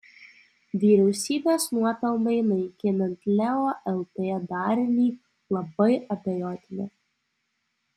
vyriausybės nuopelnai naikinant leo lt darinį labai abejotini